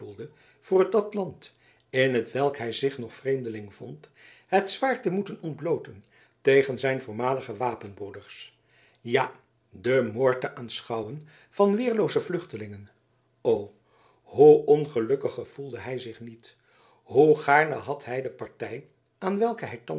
voor dat land in hetwelk hij zich nog vreemdeling vond het zwaard te moeten ontblooten tegen zijn voormalige wapenbroeders ja den moord te aanschouwen van weerlooze vluchtelingen o hoe ongelukkig gevoelde hij zich niet hoe gaarne had hij de partij aan welke hij